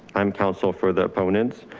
i'm counsel for the opponents.